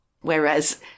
whereas